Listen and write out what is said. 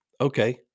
Okay